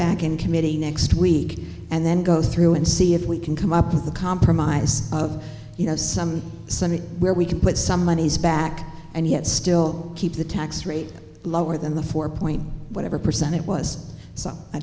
back in committee next week and then go through and see if we can come up with a compromise of you know some senate where we can put some monies back and yet still keep the tax rate lower than the four point whatever percent it was so i